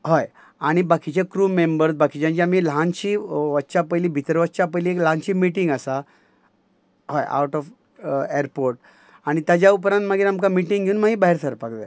हय आनी बाकीचे क्रू मेंबर्स बाकीच्यांची आमी ल्हानशी वचच्या पयलीं भितर वचच्या पयलीं एक ल्हानशी मिटींग आसा हय आवट ऑफ एअरपोर्ट आनी ताज्या उपरांत मागीर आमकां मिटींग घेवन मागीर भायर सरपाक जाय